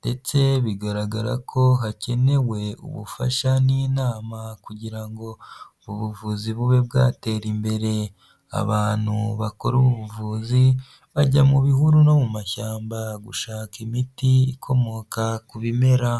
ndetse bigaragara ko hakenewe ubufasha n'inama kugira ngo ubuvuzi bube bwatera imbere, abantu bakora ubuvuzi, bajya mu bihuru no mu mashyamba gushaka imiti ikomoka ku bimera.